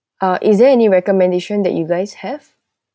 ah is there any recommendation that you guys have